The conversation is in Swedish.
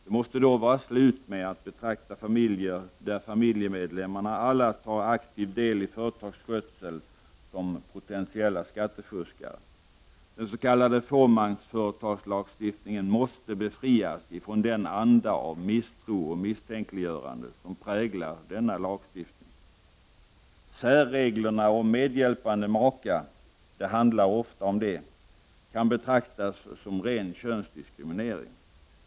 Det måste då vara slut med att betrakta familjer där alla familjemedlemmar tar aktiv del i företagets skötsel som potentiella skattefuskare. Den s.k. fåmansföretagslagstiftningen måste befrias från den anda av misstro och misstänkliggörande som den präglas av. Särreglerna om medhjälpande maka — det handlar oftast om en maka — kan betraktas som en ren könsdiskriminering.